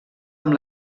amb